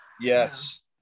Yes